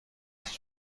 رسم